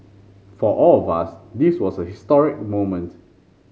for all of us this was a historic moment